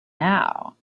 now